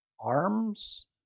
arms